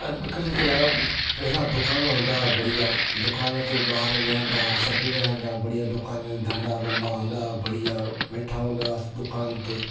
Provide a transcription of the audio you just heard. अॼुकल्ह जहिड़ा पहिरियां दुकान हूंदा बढ़िया दुकान ते ॿार वेअंदा हा सभु वेहंदा बढ़िया दुकान ते धंधा वंदा हूंदा बढ़िया वेठा हूंदासि दुकान ते